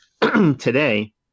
today